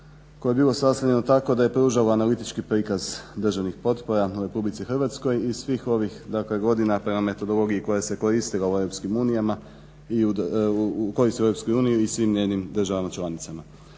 koje je bilo sastavljeno tako da je pružalo analitički prikaz državnih potpora u Republici Hrvatskoj i svih ovih dakle godina prema metodologiji koja se koristila u EU i svim njenim državama članicama.